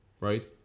right